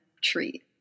treat